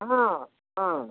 ହଁ ହଁ